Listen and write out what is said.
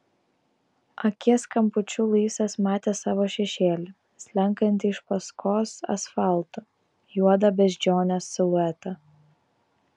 akies kampučiu luisas matė savo šešėlį slenkantį iš paskos asfaltu juodą beždžionės siluetą